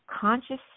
conscious